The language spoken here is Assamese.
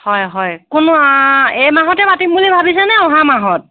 হয় হয় কোনো এই মাহতে মাতিম বুলি ভাবিছেনে অহা মাহত